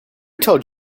told